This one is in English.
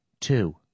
Two